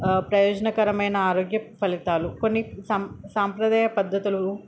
ప్రయోజనకరమైన ఆరోగ్య ఫలితాలు కొన్ని సాంప్రదాయ పద్ధతులు